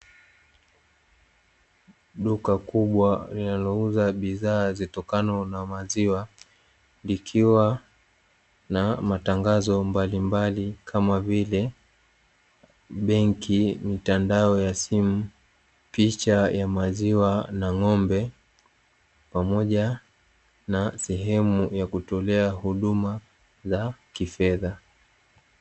Duka kubwa linalouza bidhaa zitokanazo na maziwa likiwa na matangazo mbalimbali kama vile: benki, mtandao ya simu, picha ya maziwa na ng'ombe pamoja na sehemu ya kutolea huduma za kifedha.